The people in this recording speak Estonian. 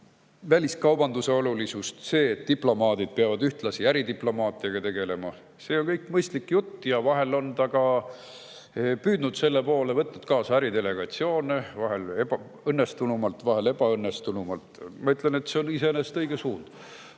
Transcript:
väliskaubanduse olulisust, seda, et diplomaadid peavad ühtlasi äridiplomaatiaga tegelema. See on kõik mõistlik jutt. Vahel on ta ka püüdnud selle poole, võtnud kaasa äridelegatsioone, vahel õnnestunult, vahel ebaõnnestunult. Ma ütlen, et see on iseenesest õige suund.